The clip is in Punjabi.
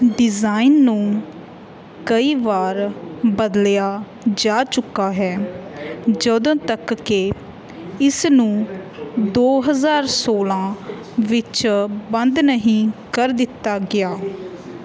ਡਿਜ਼ਾਈਨ ਨੂੰ ਕਈ ਵਾਰ ਬਦਲਿਆ ਜਾ ਚੁੱਕਾ ਹੈ ਜਦੋਂ ਤੱਕ ਕਿ ਇਸ ਨੂੰ ਦੋ ਹਜ਼ਾਰ ਸੋਲ੍ਹਾਂ ਵਿੱਚ ਬੰਦ ਨਹੀਂ ਕਰ ਦਿੱਤਾ ਗਿਆ